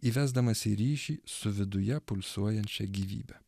įvesdamas į ryšį su viduje pulsuojančia gyvybe